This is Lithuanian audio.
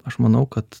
aš manau kad